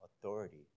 authority